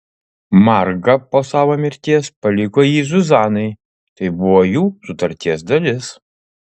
marga po savo mirties paliko jį zuzanai tai buvo jų sutarties dalis